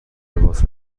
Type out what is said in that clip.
لباس